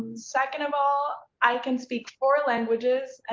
second of all, i can speak four languages. ah